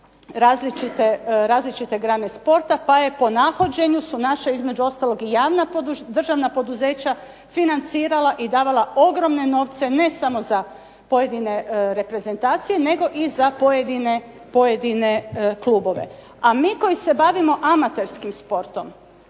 različite grane sporta pa je po nahođenju su naša, između ostalog i javna državna poduzeća, financirala i davala ogromne novce ne samo za pojedine reprezentacije nego i za pojedine klubove. A mi koji se bavimo amaterskim sportom